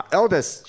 eldest